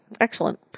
Excellent